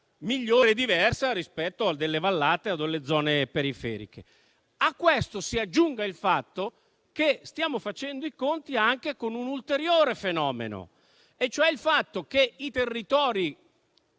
migliore e diversa rispetto alle vallate o alle zone periferiche. A ciò si aggiunga il fatto che stiamo facendo i conti anche con un ulteriore fenomeno, e cioè i territori